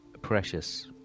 precious